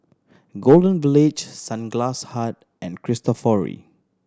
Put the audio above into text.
Golden Village Sunglass Hut and Cristofori